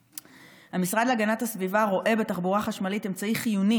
המשרד להגנת הסביבה רואה בתחבורה חשמלית אמצעי חיוני